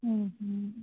ಹ್ಞೂ ಹ್ಞೂ